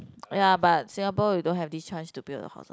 ya but Singapore you don't have this chance to build a house what